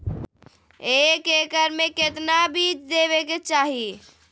एक एकड़ मे केतना बीज देवे के चाहि?